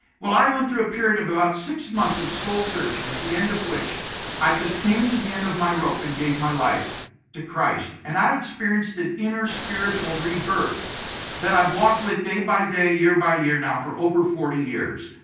i went through a period of about six months of soul searching at the end of which i just came to the end of my rope and gave my life to christ. and i experienced an inner spiritual rebirth that i've walked with day by day, year by year, now for over forty years.